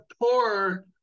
poor